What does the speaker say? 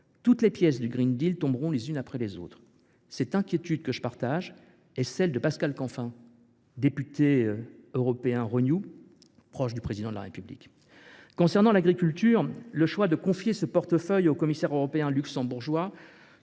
Toutes les pièces du tomberont les unes après les autres. » Cette inquiétude, que je partage, est celle de Pascal Canfin, député européen du groupe Renew, proche du Président de la République. Concernant l’agriculture, le choix de confier ce portefeuille au commissaire européen luxembourgeois